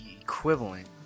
equivalent